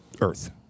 Earth